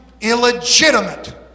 illegitimate